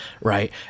Right